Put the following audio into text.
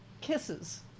kisses